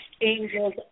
angels